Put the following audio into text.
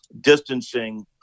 distancing